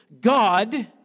God